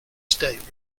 state